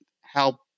help